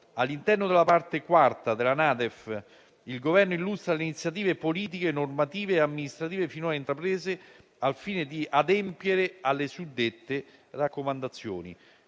All'interno della Parte IV della NADEF il Governo illustra le iniziative politiche normative e amministrative finora intraprese al fine di adempiere alle suddette raccomandazioni.